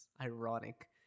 ironic